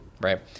right